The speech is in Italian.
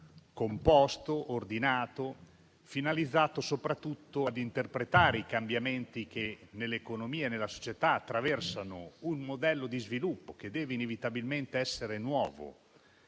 composto, ordinato e finalizzato soprattutto ad interpretare i cambiamenti che, nell'economia e nella società, attraversano un modello di sviluppo che deve inevitabilmente essere nuovo,